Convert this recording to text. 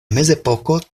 mezepoko